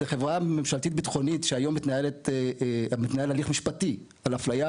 זו חברה ממשלתית ביטחונית שהיום מתנהל נגדה הליך משפטי על אפליה.